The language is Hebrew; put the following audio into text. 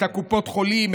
את קופות החולים,